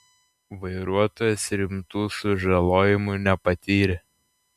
vairuotojas rimtų sužalojimų nepatyrė